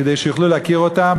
כדי שיוכלו להכיר אותם,